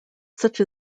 such